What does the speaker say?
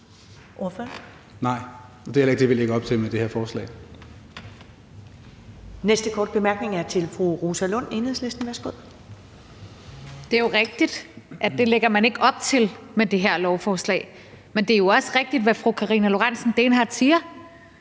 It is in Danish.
Det er jo rigtigt, at man ikke lægger op til det med det her lovforslag, men det er også rigtigt, hvad fru Karina Lorentzen Dehnhardt siger.